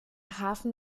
hafen